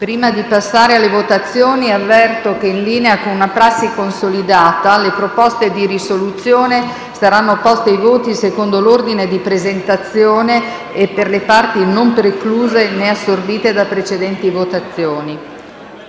Prima di passare alle votazioni, avverto che, in linea con una prassi consolidata, le proposte di risoluzione saranno poste ai voti secondo l'ordine di presentazione e per le parti non precluse, né assorbite da precedenti votazioni.